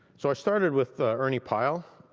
so i started with ernie pyle,